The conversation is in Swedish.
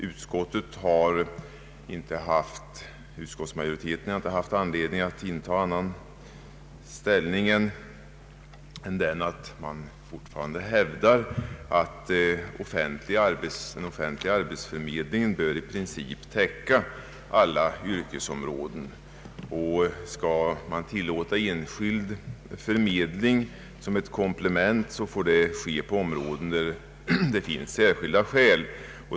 Utskottsmajoriteten har inte haft anledning att inta annan ställning än att man fortfarande hävdar att den offentliga arbetsförmedlingen i princip bör täcka alla yrkesområden. Skall man tillåta enskild förmedling som ett komplement, så får det ske på områden där det finns särskilda skäl.